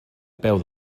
peu